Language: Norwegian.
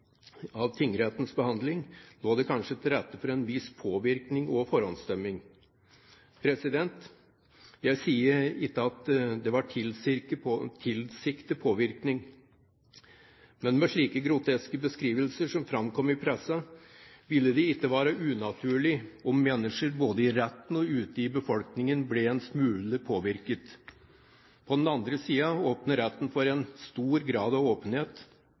av tingrettens behandling, lå det kanskje til rette for en viss påvirkning og forhåndsdømming. Jeg sier ikke at dette var en tilsiktet påvirkning, men med slike groteske beskrivelser som framkom i pressen, ville det ikke være unaturlig om mennesker både i retten og ute i befolkningen ble en smule påvirket. På den andre siden åpner retten for en så stor grad av åpenhet